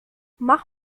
mach